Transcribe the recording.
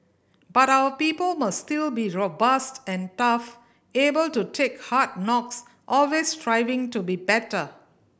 but our people must still be robust and tough able to take hard knocks always striving to be better